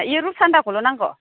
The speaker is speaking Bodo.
इ रुप सान्दाखौल' नांगौ